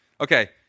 Okay